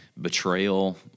betrayal